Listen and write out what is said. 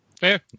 Fair